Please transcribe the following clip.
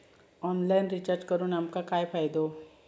Online recharge करून आमका काय फायदो?